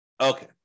Okay